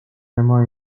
emma